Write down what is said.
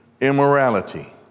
immorality